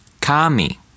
Kami